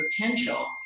potential